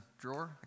drawer